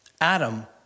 Adam